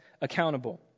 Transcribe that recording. accountable